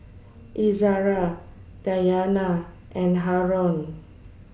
Izzara Dayana and Haron